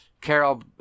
Carol